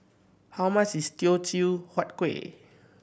how much is Teochew Huat Kueh